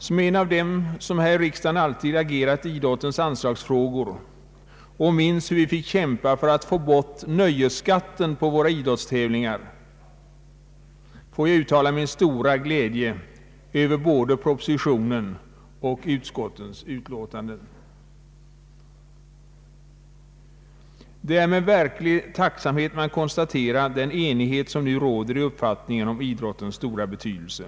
Som en av dem som här i riksdagen alltid har agerat i idrottens anslagsfrågor och minns hur vi måste kämpa för att få bort nöjesskatten på våra idrottstävlingar, vill jag uttala min stora glädje över såväl propositionen som utskottsutlåtandena. Det är med verklig tacksamhet jag konstaterar den enighet som nu råder i uppfattningen om idrottens stora betydelse.